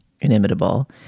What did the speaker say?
inimitable